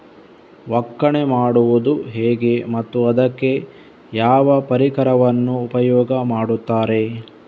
ಒಕ್ಕಣೆ ಮಾಡುವುದು ಹೇಗೆ ಮತ್ತು ಅದಕ್ಕೆ ಯಾವ ಪರಿಕರವನ್ನು ಉಪಯೋಗ ಮಾಡುತ್ತಾರೆ?